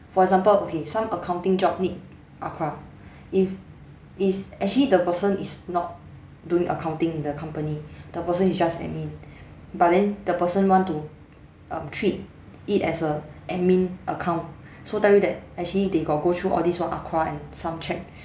for example okay some accounting job need ACRA if is actually the person is not doing accounting in the company the person is just admin but then the person want to um treat it as a admin account so tell you that actually they got go through all this what ACRA and some cheque